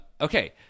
okay